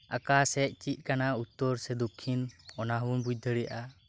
ᱚᱠᱟ ᱥᱮᱫ ᱪᱮᱫ ᱠᱟᱱᱟ ᱩᱛᱛᱚᱨ ᱥᱮ ᱫᱚᱠᱽᱠᱷᱤᱱ ᱚᱱᱟ ᱦᱚᱵᱚᱱ ᱵᱩᱡ ᱫᱟᱲᱮᱭᱟᱜᱼᱟ